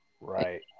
right